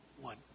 one